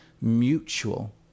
mutual